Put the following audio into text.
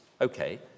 Okay